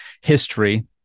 history